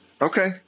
Okay